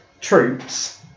troops